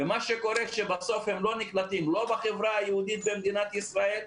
ומה שקורה זה שבסוף הם לא נקלטים לא בחברה היהודית במדינת ישראל,